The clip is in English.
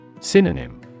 Synonym